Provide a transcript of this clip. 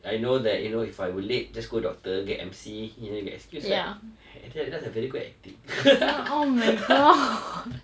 I know that you know if I were late just go doctor get M_C you know get excuse right and then I just have very good acting